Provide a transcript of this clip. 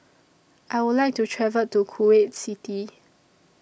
I Would like to travel to Kuwait City